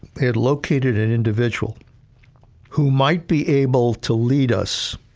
it located an individual who might be able to lead us,